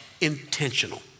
intentional